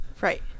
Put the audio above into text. Right